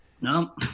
No